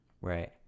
right